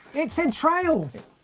it said trails.